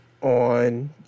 on